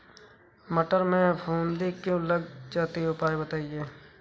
मटर में फफूंदी क्यो लग जाती है उपाय बताएं?